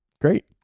great